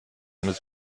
mit